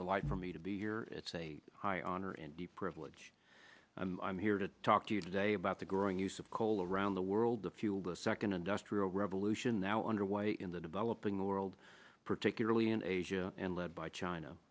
delight for me to be here it's a high honor and the privilege i'm here to talk to you today about the growing use of coal around the world to fuel the second industrial revolution now underway in the developing world particularly in asia and led by china